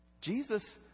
Jesus